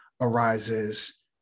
arises